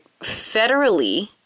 Federally